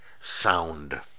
sound